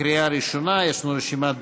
קריאה ראשונה, יש לנו רשימת דוברים.